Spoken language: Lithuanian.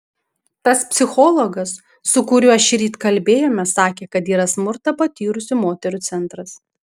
tas psichologas su kuriuo šįryt kalbėjome sakė kad yra smurtą patyrusių moterų centras